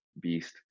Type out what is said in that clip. beast